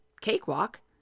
cakewalk